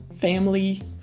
family